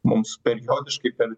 mums periodiškai per